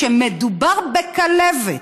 מדובר בכלבת,